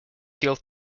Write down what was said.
fuel